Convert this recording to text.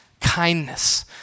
kindness